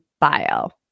bio